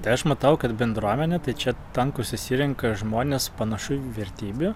tai aš matau kad bendruomenė tai čia ten kur susirenka žmonės panašu vertybių